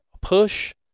push